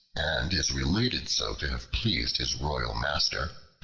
and is related so to have pleased his royal master,